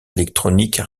électronique